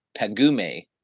Pagume